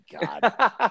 God